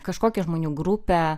kažkokią žmonių grupę